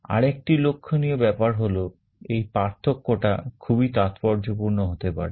আরেকটি লক্ষণীয় ব্যাপার হলো এই পার্থক্যটা খুবই তাৎপর্যপূর্ণ হতে পারে